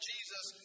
Jesus